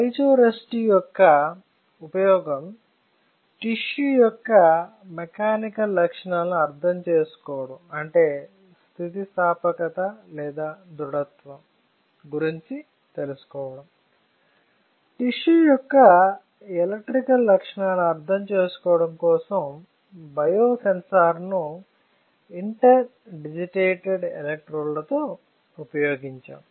piezo resistor యొక్క ఉపయోగం tissue యొక్క మెకానికల్ లక్షణాలను అర్థం చేసుకోవడం అంటే స్థితిస్థాపకత లేదా దృడత్వం గురించి తెలుసుకోగలం టిష్యూ యొక్క ఎలక్ట్రికల్ లక్షణాలను అర్థం చేసుకోవడం కోసం బయోసెన్సర్ను ఇంటర్డిజిటేటెడ్ ఎలక్ట్రోడ్లతో ఉపయోగించాం